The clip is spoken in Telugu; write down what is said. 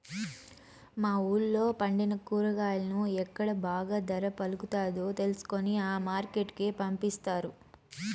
మా వూళ్ళో పండిన కూరగాయలను ఎక్కడ బాగా ధర పలుకుతాదో తెలుసుకొని ఆ మార్కెట్ కు పంపిస్తారు